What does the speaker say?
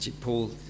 paul